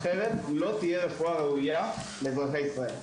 אחרת לא תהיה רפואה ראויה לאזרחי ישראל.